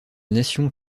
nation